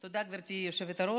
תודה, גברתי היושבת-ראש.